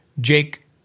Jake